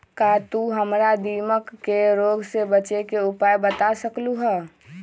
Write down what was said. का तू हमरा दीमक के रोग से बचे के उपाय बता सकलु ह?